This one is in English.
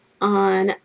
on